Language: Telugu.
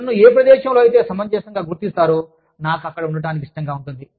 నన్ను ఏ ప్రదేశంలో అయితే సమంజసంగా గుర్తిస్తారో నాకు అక్కడే ఉండడానికి ఇష్టంగా ఉంటుంది